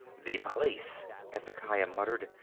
the police! hezekiah muttered.